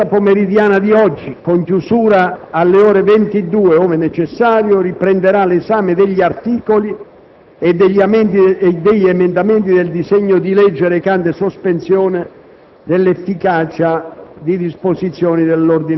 Nella seduta pomeridiana di oggi, con chiusura alle ore 22 ove necessario, riprenderà l'esame degli articoli e degli emendamenti del disegno di legge recante sospensione